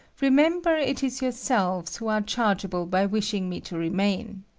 remember it is yourselves who are chargeable by wishing me to remain.